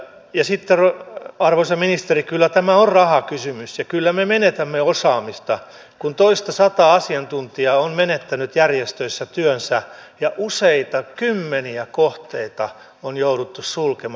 ja sitten arvoisa ministeri kyllä tämä on rahakysymys ja kyllä me menetämme osaamista kun toistasataa asiantuntijaa on menettänyt järjestöissä työnsä ja useita kymmeniä kohteita on jouduttu sulkemaan